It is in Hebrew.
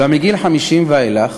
אולם מגיל 50 ואילך